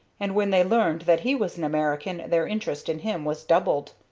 and when they learned that he was an american their interest in him was doubled.